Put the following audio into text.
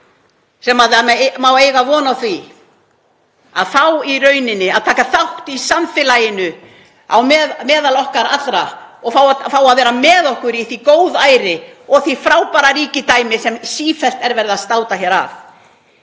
sem það má eiga von á því að fá að taka þátt í samfélaginu á meðal okkar allra og fá að vera með okkur í því góðæri og því frábæra ríkidæmi sem sífellt er verið að státa af